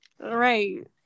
right